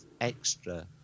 extra